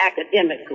academically